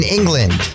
England